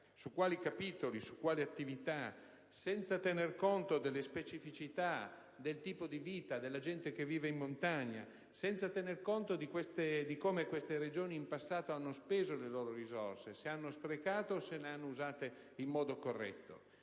su quali capitoli, su quali attività, senza tenere conto delle specificità, del tipo di vita della gente che vive in montagna, senza tenere conto di come queste Regioni in passato abbiano speso le loro risorse, se cioè le hanno sprecate o le hanno usate in modo corretto;